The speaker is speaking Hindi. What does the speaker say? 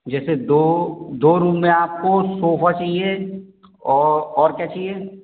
जैसे दो दो रूम में आपको सोफा चाहिए और और क्या चाहिए